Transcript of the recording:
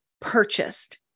purchased